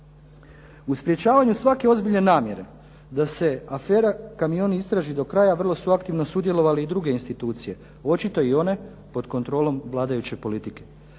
U sprječavanju svake ozbiljne namjere da se afera "Kamioni" istraži do kraja vrlo su aktivno sudjelovale i druge institucije, očito i one pod kontrolom vladajuće politike.